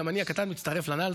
גם אני הקטן מצטרף לנ"ל.